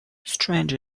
strange